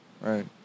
Right